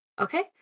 Okay